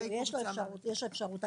יש אפשרות.